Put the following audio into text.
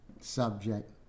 subject